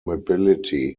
mobility